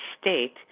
state